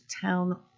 town